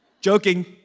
Joking